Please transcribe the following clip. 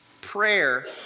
prayer